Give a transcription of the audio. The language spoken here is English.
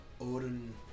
Odin